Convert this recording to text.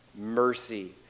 mercy